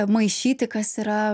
maišyti kas yra